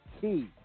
Key